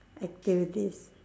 activities